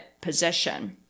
position